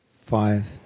Five